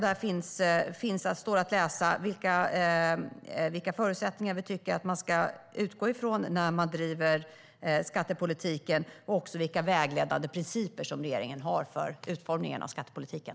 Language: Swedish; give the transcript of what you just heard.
Där står att läsa vilka förutsättningar vi tycker att man ska utgå från när man bedriver skattepolitik och även vilka vägledande principer regeringen har för utformningen av skattepolitiken.